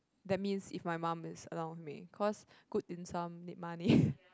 that means if my mum is allow me cause good dim-sum need money